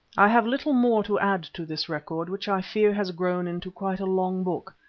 i have little more to add to this record, which i fear has grown into quite a long book.